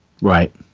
Right